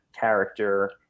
character